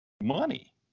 money